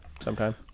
Sometime